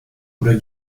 oder